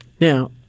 Now